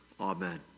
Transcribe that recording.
Amen